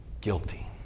guilty